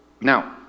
Now